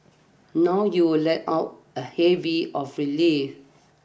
now you will let out a heavy of relief